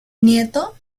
nieto